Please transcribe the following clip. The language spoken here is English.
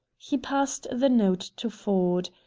he passed the note to ford.